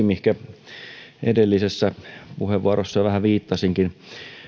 mihinkä edellisessä puheenvuorossani jo vähän viittasinkin